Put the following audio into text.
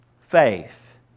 faith